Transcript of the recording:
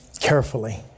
carefully